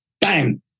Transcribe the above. bang